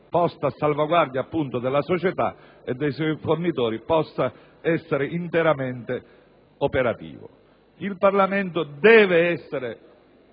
posta a salvaguardia appunto della società e dei suoi fornitori possa essere interamente operativa. Il Parlamento deve essere